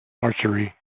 archery